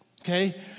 Okay